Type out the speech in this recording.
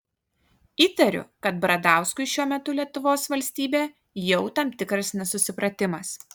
įtariu kad bradauskui šiuo metu lietuvos valstybė jau tam tikras nesusipratimas